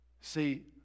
See